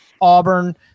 Auburn